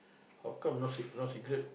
how come no cigar no cigarettes